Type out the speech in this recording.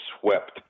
swept